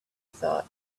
thought